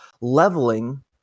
leveling